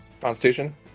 Constitution